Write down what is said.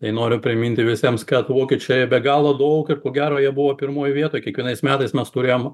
tai noriu priminti visiems kad vokiečiai be galo daug ir ko gero jie buvo pirmoj vietoj kiekvienais metais mes turėjom